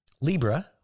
Libra